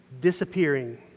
disappearing